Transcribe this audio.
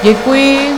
Děkuji.